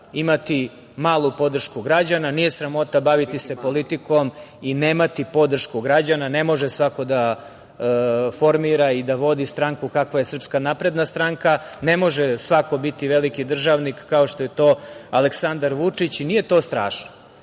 imati malu podršku građana, nije sramota baviti se politikom i nemati podršku građana, ne može svako da formira i da vodi stranku kakva je SNS, ne može svako biti veliki državnik kao što je to Aleksandar Vučić. I nije to strašno.